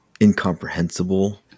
incomprehensible